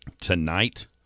tonight